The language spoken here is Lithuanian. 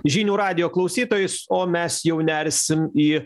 žinių radijo klausytojais o mes jau nersim į